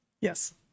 Yes